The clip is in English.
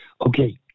Okay